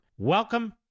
Welcome